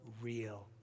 real